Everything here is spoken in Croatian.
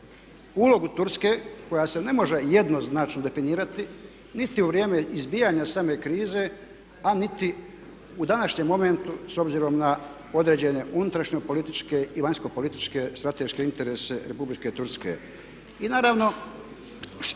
ulogu Turske koja se ne može jednoznačno definirati niti u vrijeme izbijanja same krize, a niti u današnjem momentu s obzirom na određene unutarnjopolitičke i vanjskopolitičke strateške interese Republike Turske.